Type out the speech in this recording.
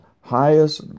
highest